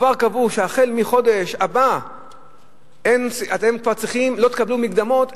כבר קבעו: החל מהחודש הבא לא תקבלו מקדמות,